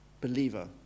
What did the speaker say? believer